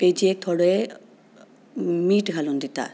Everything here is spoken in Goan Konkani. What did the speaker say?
पेजेक थोडें मीठ घालून दितात